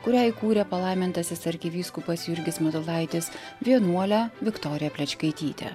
kurią įkūrė palaimintasis arkivyskupas jurgis matulaitis vienuolę viktoriją plečkaitytę